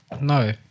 No